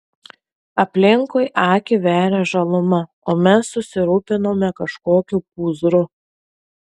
aplinkui akį veria žaluma o mes susirūpinome kažkokiu pūzru